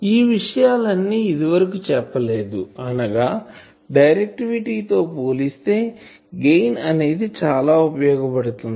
ఈ విషయాలు అన్ని ఇదివరకు చెప్పలేదు అనగా డైరెక్టివిటీ తో పోలిస్తే గెయిన్ అనేది చాలా ఉపయోగపడుతుంది